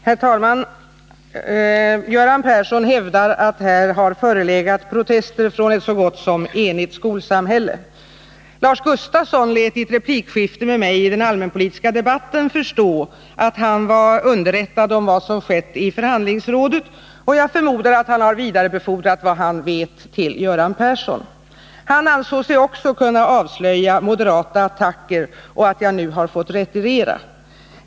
Herr talman! Göran Persson hävdar att här har förelegat protester från ett så gott som enigt skolsamhälle. I ett replikskifte med mig i den allmänpolitiska debatten lät Lars Gustafsson förstå att han var underrättad om vad som skett i förhandlingsrådet, och jag förmodar att han har vidarebefordrat vad han vet till Göran Persson. Också Lars Gustafsson ansåg sig kunna avslöja att det förekommit moderata attacker och att jag nu har fått retirera.